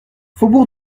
faubourg